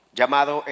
llamado